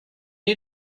you